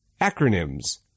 Acronyms